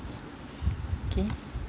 K